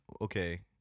okay